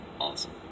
Awesome